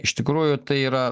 iš tikrųjų tai yra